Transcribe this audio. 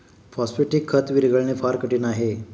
phosphatic खत विरघळणे फार कठीण आहे